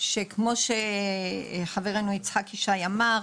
שכמו שחברינו יצחק שי אמר,